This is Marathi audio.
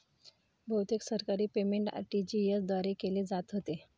बहुतेक सरकारी पेमेंट आर.टी.जी.एस द्वारे केले जात होते